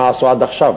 למה עשו עכשיו?